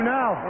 now